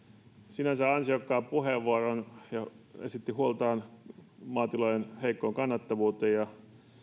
sinänsä ansiokkaan puheenvuoron ja esitti huoltaan maatilojen heikosta kannattavuudesta ja